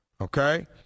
okay